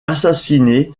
assassiné